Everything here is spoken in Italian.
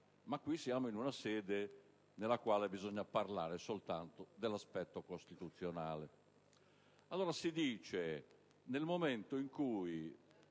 ma qui siamo in una sede in cui bisogna parlare soltanto dell'aspetto costituzionale.